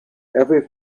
every